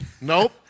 Nope